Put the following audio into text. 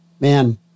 Man